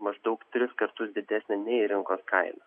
maždaug tris kartus didesnę nei rinkos kaina